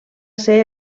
ser